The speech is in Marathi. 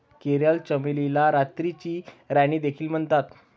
कोरल चमेलीला रात्रीची राणी देखील म्हणतात